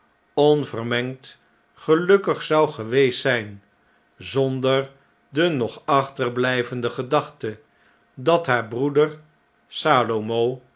onvermengd gelukkig zou geweest zijn zonder de nog achterblijvende gedachte dat haar broeder